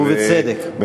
ובצדק, ובצדק.